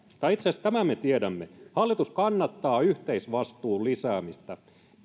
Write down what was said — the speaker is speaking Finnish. tai itse asiassa tämän me tiedämme hallitus kannattaa yhteisvastuun lisäämistä